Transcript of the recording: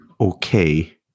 okay